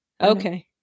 Okay